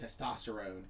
testosterone